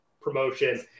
promotion